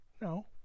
No